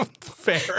Fair